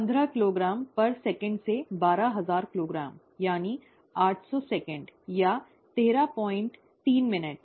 15 किग्रा सेकेंड से 12000 किलोग्राम यानी 800 s या 133 मिनट